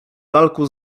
lalką